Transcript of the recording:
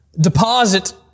Deposit